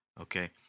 Okay